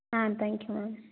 ah thank you ma'am